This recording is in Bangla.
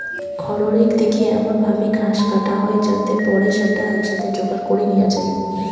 খড়রেক দিকি এমন ভাবি ঘাস কাটা হয় যাতে পরে স্যাটা একসাথে জোগাড় করি নিয়া যায়